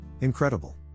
Incredible